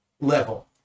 level